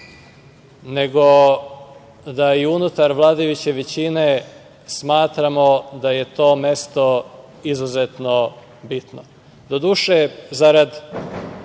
nego da i unutar vladajuće većine smatramo da je to mesto izuzetno bitno.